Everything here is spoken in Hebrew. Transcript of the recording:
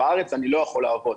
בארץ אני לא יכול לעבוד,